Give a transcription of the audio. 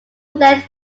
length